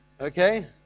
Okay